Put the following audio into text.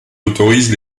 autorise